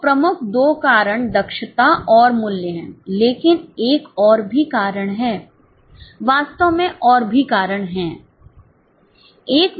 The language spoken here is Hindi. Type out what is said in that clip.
तो प्रमुख दो कारण दक्षता और मूल्य हैं लेकिन एक और भी कारण है वास्तव में और भी कारण हैं